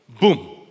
Boom